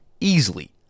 easily